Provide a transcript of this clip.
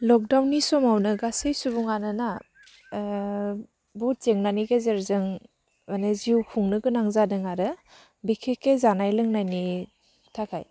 लकडाउननि समावनो गासै सुबुङानो ना ओङ बहुथ जेंनानि गेजेरजों मानि जिउ खुंनो गोनां जादों आरो बेखिखे जानाय लोंनायनि थाखाय